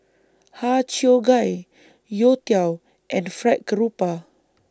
Har Cheong Gai Youtiao and Fried Garoupa